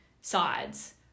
sides